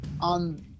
on